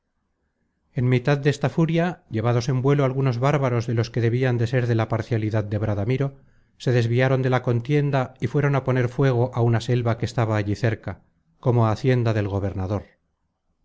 en mitad desta furia llevados en vuelo algunos bárbaros de los que debian de ser de la parcialidad de bradamiro se desviaron de la contienda y fueron á poner fuego á una selva que estaba allí cerca como á hacienda del gobernador